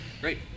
Great